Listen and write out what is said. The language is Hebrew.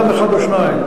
אדם אחד או שניים,